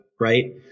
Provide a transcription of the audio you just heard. right